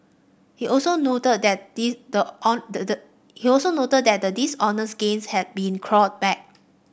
he also noted that the he also noted that the dishonest gains had been clawed back